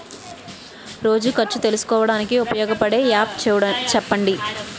రోజు ఖర్చు తెలుసుకోవడానికి ఉపయోగపడే యాప్ చెప్పండీ?